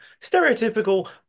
stereotypical